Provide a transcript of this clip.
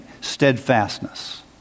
steadfastness